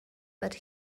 but